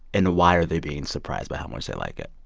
and why are they being surprised by how much they like it?